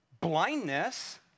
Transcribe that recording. blindness